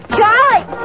Charlie